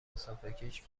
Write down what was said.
مسافرکش